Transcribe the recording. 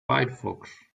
firefox